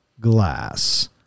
glass